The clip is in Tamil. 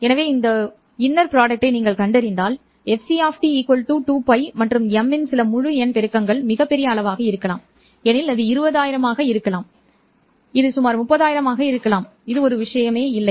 எனவே இந்த உள் உற்பத்தியை நீங்கள் கண்டறிந்தால் fc 2Л மற்றும் m இன் சில முழு எண் பெருக்கங்கள் மிகப் பெரிய அளவாக இருக்கலாம் எனில் அது 20 000 ஆக இருக்கலாம் இது சுமார் 30 000 ஆக இருக்கலாம் ஒரு விஷயமே இல்லை